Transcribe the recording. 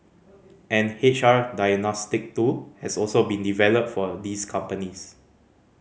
an H R diagnostic tool has also been developed for these companies